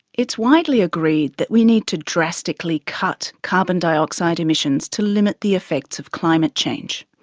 it's widely agreed that we need to drastically cut carbon dioxide emissions to limit the effects of climate change.